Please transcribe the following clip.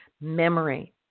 memory